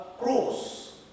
cross